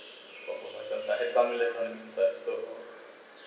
from flight it's unrelate from england so